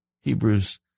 Hebrews